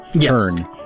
turn